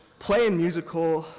play and musical,